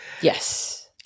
Yes